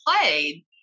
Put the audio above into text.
played